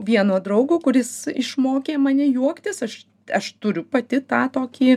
vieno draugo kuris išmokė mane juoktis aš aš turiu pati tą tokį